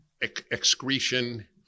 excretion